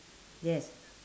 yes